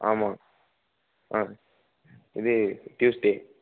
ஆமாம் ஆ இது டியூஸ்டே